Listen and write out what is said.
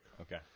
okay